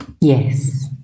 Yes